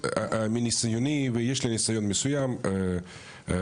מניסיוני ויש לי ניסיון מסוים בתחום